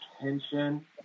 attention